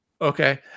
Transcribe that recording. Okay